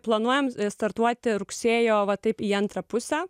planuojam startuoti rugsėjo va taip į antrą pusę